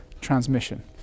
transmission